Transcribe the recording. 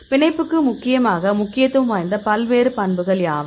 பிணைப்புக்கு முக்கியமாக முக்கியத்துவம் வாய்ந்த பல்வேறு பண்புகள் யாவை